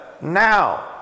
now